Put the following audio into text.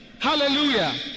hallelujah